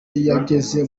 yageze